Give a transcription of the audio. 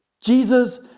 Jesus